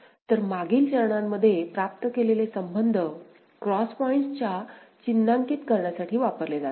तर मागील चरणांमध्ये प्राप्त केलेले संबंध क्रॉस पॉईंट्सच्या चिन्हांकित करण्यासाठी वापरले जातात